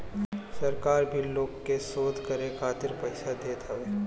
सरकार भी लोग के शोध करे खातिर पईसा देत हवे